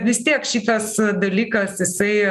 vis tiek šitas dalykas jisai